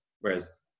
whereas